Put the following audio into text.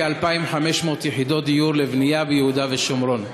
כ-2,500 יחידות דיור לבנייה ביהודה ושומרון.